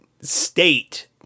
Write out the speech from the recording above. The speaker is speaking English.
state